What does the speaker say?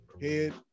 Head